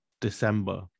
december